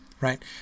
Right